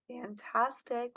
Fantastic